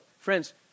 friends